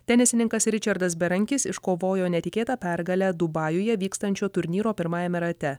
tenisininkas ričardas berankis iškovojo netikėtą pergalę dubajuje vykstančio turnyro pirmajame rate